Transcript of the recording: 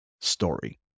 story